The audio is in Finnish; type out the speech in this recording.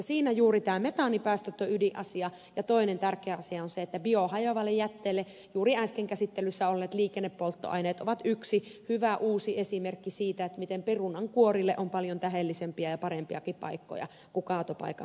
siinä juuri ovat nämä metaanipäästöt ydinasia ja toinen tärkeä asia on se että biohajoavan jätteen osalta juuri äsken käsittelyssä olleet liikennepolttoaineet ovat yksi hyvä uusi esimerkki siitä miten perunankuorille on paljon tähdellisempiä ja parempiakin paikkoja kuin kaatopaikan penkka